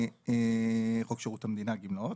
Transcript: חוק שירות המדינה (גמלאות).